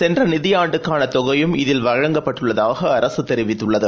சென்ற நிதியாண்டுக்கான தொகையும் இதில் வழங்கப்பட்டுள்ளதாக அரசு தெரிவித்துள்ளது